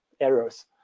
errors